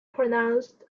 pronounced